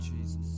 Jesus